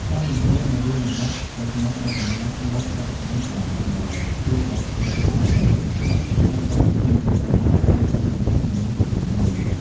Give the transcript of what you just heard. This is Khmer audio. ការបញ្ចូលនវានុវត្តន៍ទៅក្នុងការរចនាម៉ូដសិប្បកម្មសម័យថ្មី ជួយឱ្យផលិតផលទាំងនោះអាចឆ្លើយតបទៅនឹងតម្រូវការប្រើប្រាស់របស់មនុស្សគ្រប់វ័យ។